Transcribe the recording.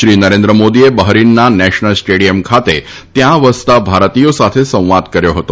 શ્રી નરેન્દ્ર મોદીએ બહરીનના national stadium ખાતે ત્યાં વસતા ભારતીયો સાથે સંવાદ કર્યો હતો